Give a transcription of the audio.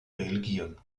belgien